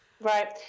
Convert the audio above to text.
Right